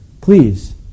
Please